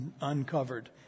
uncovered